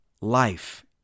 life